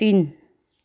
तिन